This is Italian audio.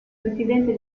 presidente